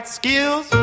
skills